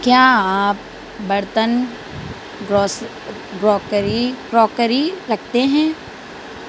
کیا آپ برتن گروس گراسری کراکری رکھتے ہیں